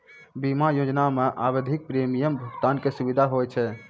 बीमा योजना मे आवधिक प्रीमियम भुगतान के सुविधा होय छै